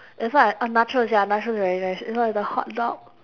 that's why I oh nachos ya nachos very nice and then got the hot dog